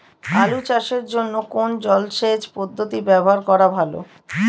আলু চাষের জন্য কোন জলসেচ পদ্ধতি ব্যবহার করা ভালো?